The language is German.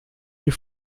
die